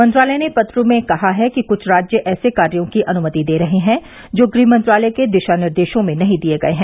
मंत्रालय ने पत्र में कहा है कि कुछ राज्य ऐसे कार्यों की अनुमति दे रहे हैं जो गृह मंत्रालय के दिशा निर्देशों में नहीं दिए गए हैं